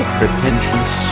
pretentious